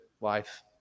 life